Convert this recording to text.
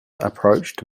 approach